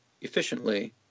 efficiently